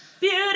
Beauty